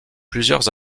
plusieurs